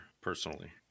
personally